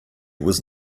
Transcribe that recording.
was